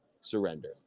surrender